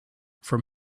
from